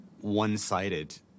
one-sided